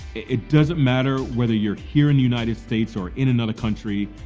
it doesn't matter whether you're here in the united states, or in another country,